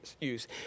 use